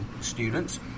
students